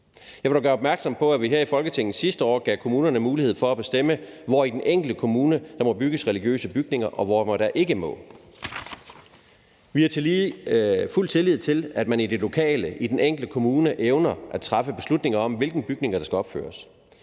Jeg vil dog gøre opmærksom på, at vi her i Folketinget sidste år gav kommunerne mulighed for at bestemme, hvor i den enkelte kommune der må bygges religiøse bygninger, og hvor der ikke må. Vi har tillige fuld tillid til, at man i det lokale, i den enkelte kommune, evner at træffe beslutning om, hvilke bygninger der skal opføres.